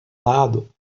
lado